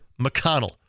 McConnell